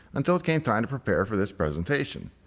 until it came time to prepare for this presentation.